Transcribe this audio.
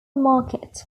market